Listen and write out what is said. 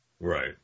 Right